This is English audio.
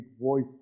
voice